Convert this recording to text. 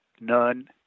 none